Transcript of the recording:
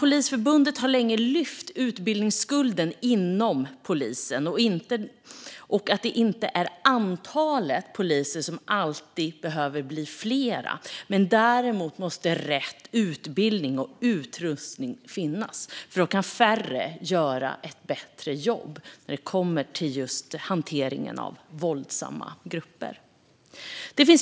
Polisförbundet har länge lyft upp utbildningsskulden inom polisen och att det inte alltid handlar om att antalet poliser behöver bli fler. Däremot måste rätt utbildning och utrustning finnas. Då kan färre göra ett bättre jobb när det kommer till just hanteringen av våldsamma grupper.